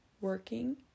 working